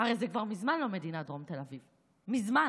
הרי זה כבר מזמן לא מדינת דרום תל אביב, מזמן.